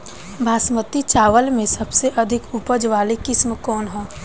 बासमती चावल में सबसे अधिक उपज वाली किस्म कौन है?